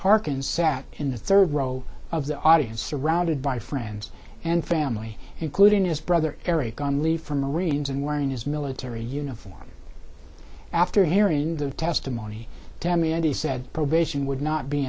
park and sat in the third row of the audience surrounded by friends and family including his brother eric on leave from the marines and wearing his military uniform after hearing the testimony and he said probation would not be